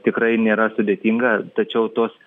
tikrai nėra sudėtinga tačiau tos